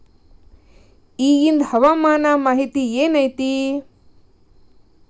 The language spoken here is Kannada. ಇಗಿಂದ್ ಹವಾಮಾನ ಮಾಹಿತಿ ಏನು ಐತಿ?